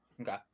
Okay